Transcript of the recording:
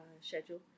schedule